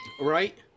Right